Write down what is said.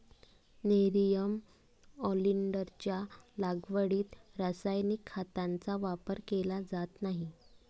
nerium ऑलिंडरच्या लागवडीत रासायनिक खतांचा वापर केला जात नाही